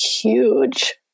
huge